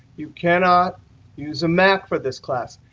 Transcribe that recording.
you cannot use a mac for this class.